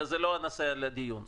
זה לא נושא לדיון כרגע.